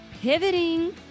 pivoting